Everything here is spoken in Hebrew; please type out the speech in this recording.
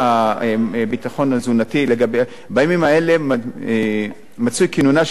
בימים האלה מצוי כינונה של המועצה הארצית לביטחון תזונתי בשלבי סיום,